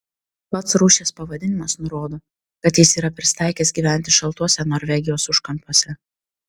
pats rūšies pavadinimas nurodo kad jis yra prisitaikęs gyventi šaltuose norvegijos užkampiuose